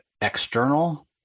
external